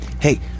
Hey